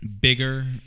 bigger